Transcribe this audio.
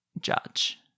judge